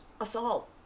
assault